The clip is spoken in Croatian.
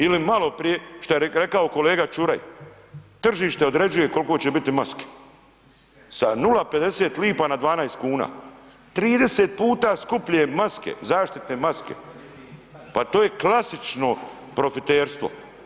Ili malo prije što je rekao kolega Čuraj, tržište određuje kol'ko će biti maske, sa 0,50 lipa na 12,00 kuna, 30 puta skuplje maske, zaštitne maske, pa to je klasično profiterstvo.